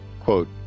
quote